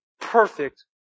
perfect